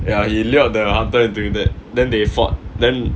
ya he lay on the doing that then they fought then